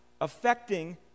affecting